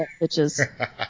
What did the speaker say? bitches